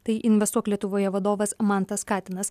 tai investuok lietuvoje vadovas mantas katinas